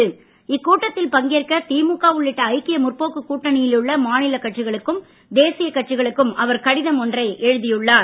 இக்கூட்டத்தில் பங்கேற்க திமுக உள்ளிட்ட ஐக்கிய முற்போக்கு கூட்டணியிலுள்ள மாநில கட்சிகளுக்கும் தேசிய கட்சிகளுக்கும் அவர் கடிதம் ஒன்றை எழுதியுள்ளார்